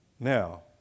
Now